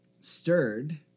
Stirred